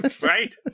Right